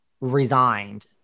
resigned